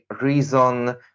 reason